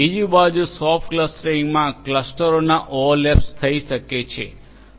બીજી બાજુ સોફ્ટ ક્લસ્ટરિંગમાં ક્લસ્ટરોના ઓવરલેપ્સ થઈ શકે છે